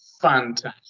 Fantastic